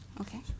Okay